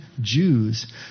Jews